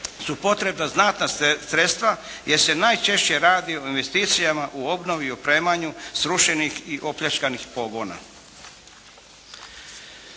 su potrebna znatna sredstva, jer se najčešće radi o investicijama u obnovi i opremanju srušenih i opljačkanih pogona.